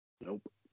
Nope